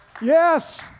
Yes